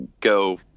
go